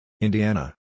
Indiana